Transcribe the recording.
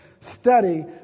study